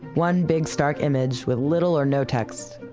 one big stark image with little or no text,